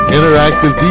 Interactive